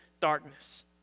darkness